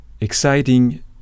exciting